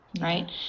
right